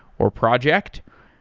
or project.